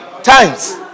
Times